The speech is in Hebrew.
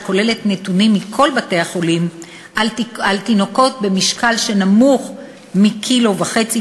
שכוללת נתונים מכל בתי-החולים על תינוקות במשקל נמוך מקילו וחצי,